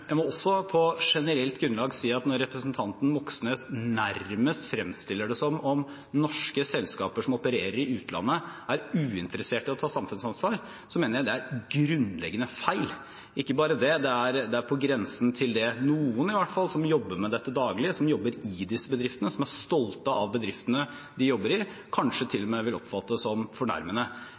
jeg må også på generelt grunnlag si at når representanten Moxnes nærmest fremstiller det som om norske selskaper som opererer i utlandet, er uinteressert i å ta samfunnsansvar, mener jeg det er grunnleggende feil. Ikke bare det, noen som jobber med dette til daglig, som jobber i disse bedriftene, som er stolte av bedriftene de jobber i, vil kanskje til og med oppfatte det som på grensen til fornærmende.